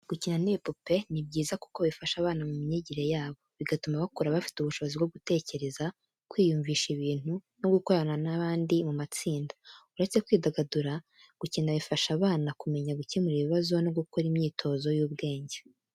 Gukina n'ibipupe ni byiza kuko bifasha abana mu myigire yabo, bigatuma bakura bafite ubushobozi bwo gutekereza, kwiyumvisha ibintu, no gukorana n'abandi mu matsinda. Uretse kwidagadura, gukina bifasha abana kumenya gukemura ibibazo no gukora imyitozo y'ubwenge.